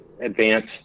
advance